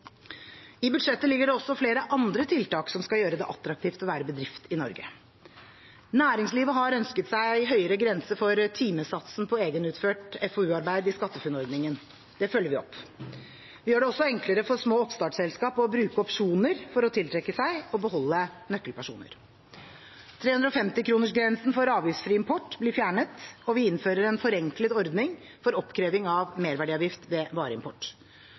I budsjettet ligger det også flere andre tiltak som skal gjøre det attraktivt å være bedrift i Norge. Næringslivet har ønsket seg høyere grense for timesatsen på egenutført FoU-arbeid i SkatteFUNN-ordningen. Det følger vi opp. Vi gjør det også enklere for små oppstartsselskap å bruke opsjoner for å tiltrekke seg og beholde nøkkelpersoner. 350-kronersgrensen for avgiftsfri import blir fjernet, og vi innfører en forenklet ordning for oppkreving av merverdiavgift ved vareimport.